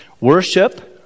Worship